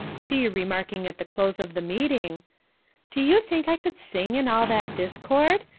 she remarking at the close of the meeting do you think i could sing in all that discord?